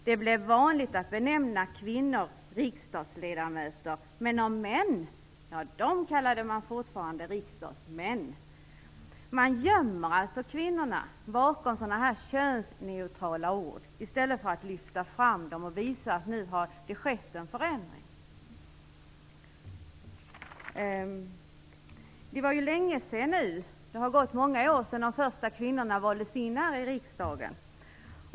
Det blev vanligt att benämna kvinnor riksdagsledamöter, men männen kallade man fortfarande riksdagsmän. Man gömmer alltså kvinnorna bakom sådana här könsneutrala ord i stället för att lyfta fram dem och visa att det har skett en förändring. Det har nu gått många år sedan de första kvinnorna valdes in i riksdagen.